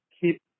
keep